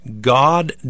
God